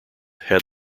had